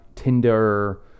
tinder